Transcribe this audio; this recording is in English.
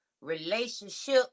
relationship